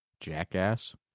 jackass